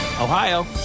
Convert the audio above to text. Ohio